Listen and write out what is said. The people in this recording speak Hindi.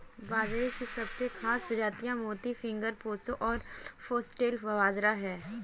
बाजरे की सबसे खास प्रजातियाँ मोती, फिंगर, प्रोसो और फोक्सटेल बाजरा है